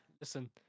listen